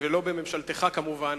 ולא בממשלתך כמובן,